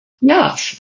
yes